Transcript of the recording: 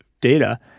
data